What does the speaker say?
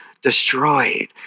destroyed